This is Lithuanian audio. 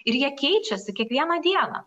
ir jie keičiasi kiekvieną dieną